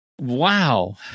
wow